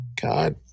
God